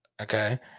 Okay